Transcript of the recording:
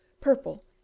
purple